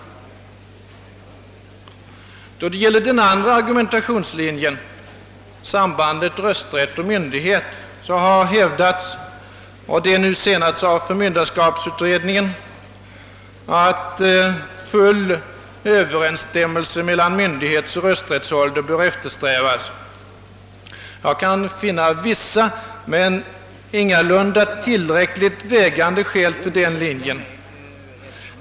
Då det gäller den andra argumentationslinjen, sambandet rösträtt —myndighet, har nu senast av förmynderskapsutredningen hävdats, att full överensstämmelse mellan myndighetsoch rösträttsålder bör eftersträvas. Jag kan finna vissa men ingalunda tillräckligt vägande skäl för den linjen.